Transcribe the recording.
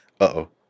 uh-oh